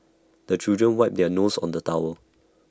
the children wipe their noses on the towel